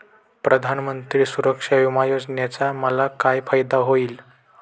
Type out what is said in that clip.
प्रधानमंत्री सुरक्षा विमा योजनेचा मला काय फायदा होईल?